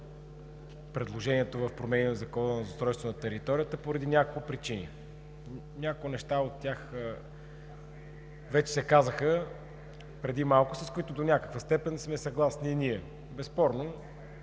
предложението за промени в Закона за устройство на територията поради няколко причини. Няколко неща от тях вече се казаха преди малко, с които до някаква степен сме съгласни и ние. Безспорно